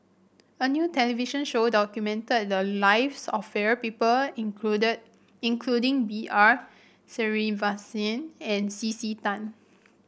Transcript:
a new television show documented the lives of various people included including B R Sreenivasan and C C Tan